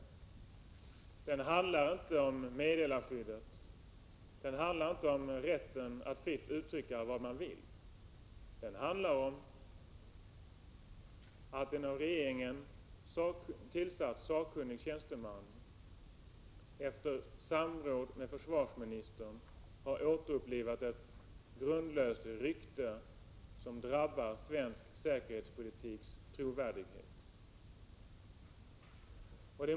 Debatten handlar inte om meddelarskyddet eller om rätten att fritt uttrycka vad man vill, utan den handlar om att en av regeringen tillsatt sakkunnig tjänsteman efter samråd med försvarsministern har återupplivat ett grundlöst rykte som drabbar svensk säkerhetspolitiks trovärdighet.